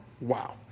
wow